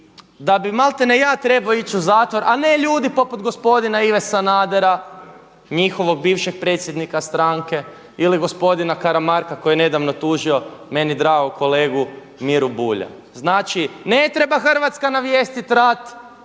da bi maltene ja trebao ići u zatvor, a ne ljudi poput gospodina Ive Sanadera, njihovog bivšeg predsjednika stranke ili gospodina Karamarka koji je nedavno tužio meni dragog kolegu Miru Bulja. Znači, ne treba Hrvatska navijestiti rat